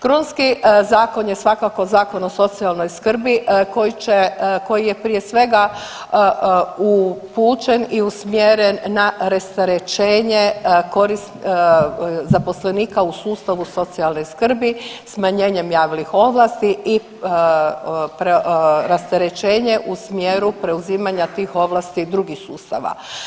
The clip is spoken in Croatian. Krunski zakon je svakako Zakon o socijalnoj skrbi koji je prije svega upućen i usmjeren na rasterećenje zaposlenika u sustavu socijalne skrbi smanjenjem javnih ovlasti i rasterećenje u smjeru preuzimanja tih ovlasti drugih sustava.